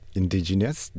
indigenous